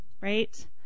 right